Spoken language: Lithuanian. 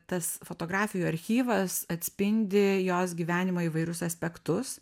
tas fotografijų archyvas atspindi jos gyvenimo įvairius aspektus